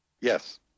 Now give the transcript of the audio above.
Yes